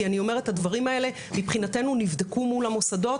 הדברים האלה מבחינתנו נבדקו מול המוסדות.